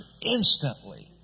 instantly